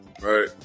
right